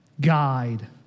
guide